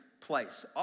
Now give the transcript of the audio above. place